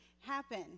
happen